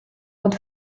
und